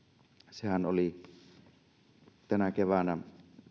se tilannehan vähän eli tänä keväänä